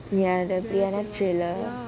ya the brianna trailer